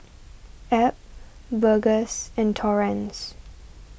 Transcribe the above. Abb Burgess and Torrence